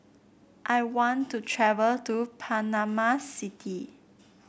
I want to travel to Panama City